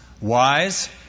wise